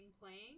playing